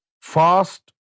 fast